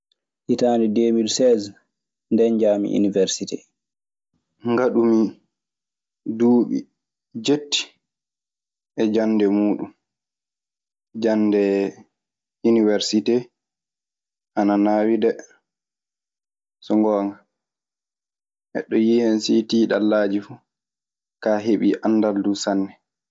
Hitaande deemil sees ndee njahmi iniwersite, ngaɗmi duuɓi jetti e jannde muuɗun. Jannde iniwersitee ana naawi dee, so ngoonga. Neɗoo yii hen sii tiiɗallaaji fu. Kaa heɓii anndal duu sanne.